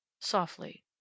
softly